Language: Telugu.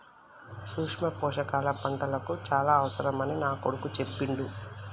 సూక్ష్మ పోషకాల పంటలకు చాల అవసరమని నా కొడుకు చెప్పిండు